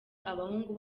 abahungu